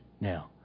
Now